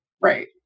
Right